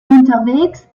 unterwegs